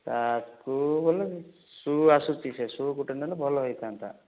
ତା କୁ ବୋଲେ ସୁ ଆସୁଛି ସେ ସୁ ଗୁଟେ ନେଲେ ଭଲ ହେଇଥାନ୍ତା